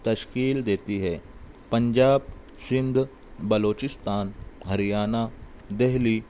تشکیل دیتی ہے پنجاب سندھ بلوچستان ہریانہ دہلی